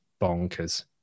bonkers